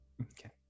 okay